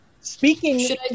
Speaking